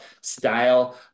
style